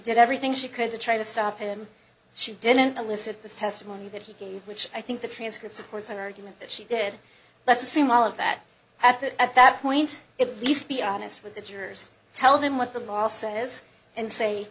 did everything she could to try to stop him she didn't elicit the testimony that he gave which i think the transcript supports an argument that she did let's assume all of that at that at that point at least be honest with the jurors tell them what the law says and say